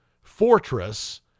Fortress